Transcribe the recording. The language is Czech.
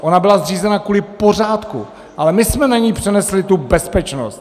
Ona byla zřízena kvůli pořádku, ale my jsme na ni přenesli bezpečnost.